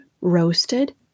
roasted